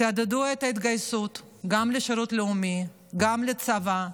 תעודדו את ההתגייסות גם לשירות לאומי וגם לצבא.